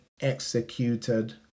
executed